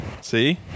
See